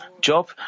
Job